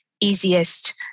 easiest